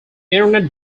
internet